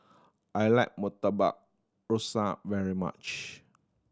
I like Murtabak Rusa very much